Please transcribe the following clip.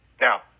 Now